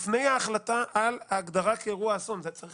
לפני ההחלטה על ההגדרה כאירוע אסון צריך